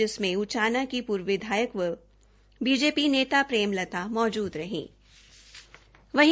जिसमें उचाना की पूर्व विधायक व बीजेपी नेता प्रेम लता मौजूद रहीं